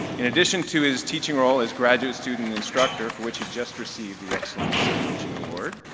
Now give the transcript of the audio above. in addition to his teaching role as graduate student instructor, for which he just received the excellence in teaching award,